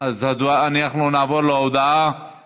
חבר, אנחנו נעבור להודעה